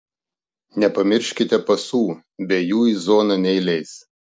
nepamirškite pasų be jų į zoną neįleis